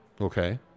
Okay